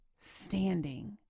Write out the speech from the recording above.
standing